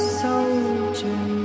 soldier